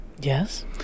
Yes